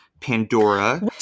Pandora